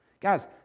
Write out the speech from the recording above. Guys